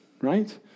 right